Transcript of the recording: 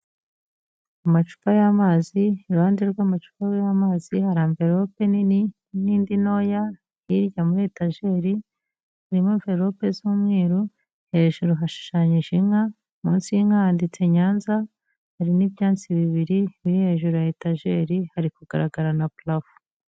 Amacupa y'amazi iruhande rw'amacupa y'amazi hari anverope nini, n'indi ntoya, hirya muri etajeri harimo anverope z'umweru hejuru hashushanyije inka, munsi y'inka handitse nyanza ,hari n'ibyatsi bibiri biri hejuru ya etajeri, hari kugaragara na purafo.